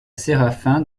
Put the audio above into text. séraphin